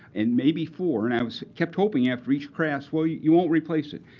and maybe four and i was kept hoping after each crash, well, you you won't replace it.